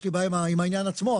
יש לי בעיה עם העניין עצמו,